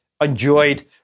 enjoyed